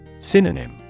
Synonym